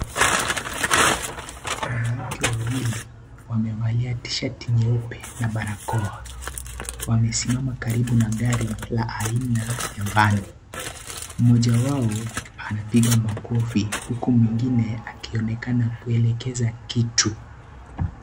Wanawake wawili wamevalia tishati nyeupe na barakoa, wamesimama karibu na gari la aina ya vani , mmoja wao anapiga makofi huku mwingine akionekana kuelekeza kitu.